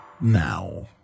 now